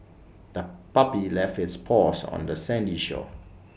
the puppy left its paws on the sandy shore